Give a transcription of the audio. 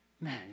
Man